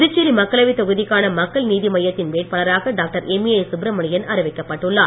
புதுச்சேரி மக்களவை தொகுதிக்கான மக்கள் நீதி மய்யத்தின் வேட்பாளராக டாக்டர் எம்ஏஎஸ் சுப்ரமணியன் அறிவிக்கப்பட்டுள்ளார்